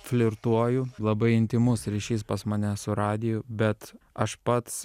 flirtuoju labai intymus ryšys pas mane su radiju bet aš pats